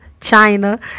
China